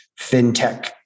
fintech